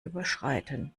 überschreiten